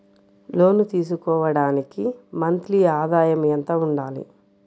లోను తీసుకోవడానికి మంత్లీ ఆదాయము ఎంత ఉండాలి?